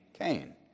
Cain